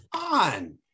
on